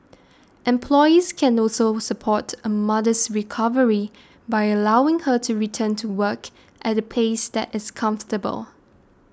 employees can also support a mother's recovery by allowing her to return to work at a pace that is comfortable